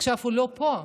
עכשיו הוא לא פה.